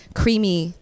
creamy